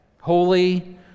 holy